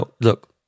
Look